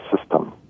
system